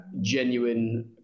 genuine